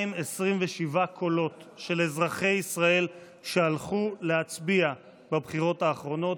36,227 קולות של אזרחי ישראל שהלכו להצביע בבחירות האחרונות